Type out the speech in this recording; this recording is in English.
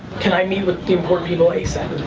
can i meet with the important people asap?